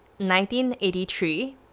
1983